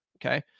Okay